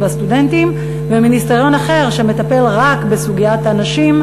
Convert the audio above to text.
והסטודנטים ומיניסטריון אחר שמטפל רק בסוגיית הנשים.